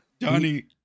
Johnny